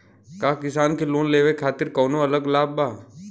का किसान के लोन लेवे खातिर कौनो अलग लाभ बा?